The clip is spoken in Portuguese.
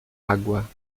água